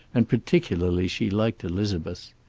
and particularly she liked elizabeth.